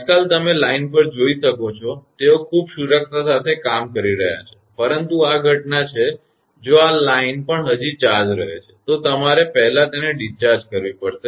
આજકાલ તમે લાઇન પર જોઈ શકો છો કે તેઓ ખૂબ સુરક્ષા સાથે પણ કામ કરી રહ્યાં છે પરંતુ આ ઘટના છે કે જો આ લાઇન હજી પણ ચાર્જ રહે છે તો તમારે પહેલા તેને ડિસ્ચાર્જ કરવી પડશે